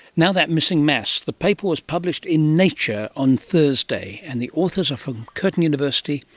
now that missing mass. the paper was published in nature on thursday and the authors are from curtin university,